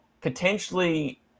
potentially